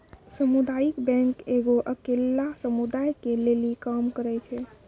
समुदायिक बैंक एगो अकेल्ला समुदाय के लेली काम करै छै